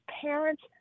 parents